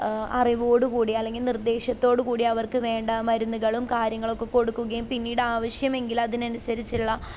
അറിവോടുകൂടി അല്ലെങ്കിൽ നിർദ്ദേശത്തോടു കൂടി അവർക്കു വേണ്ട മരുന്നുകളും കാര്യങ്ങളൊക്കെ കൊടുക്കുകയും പിന്നീട് ആവശ്യമെങ്കിൽ അതിനനുസരിച്ചുള്ള